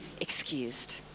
excused